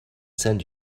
sends